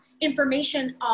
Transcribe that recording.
information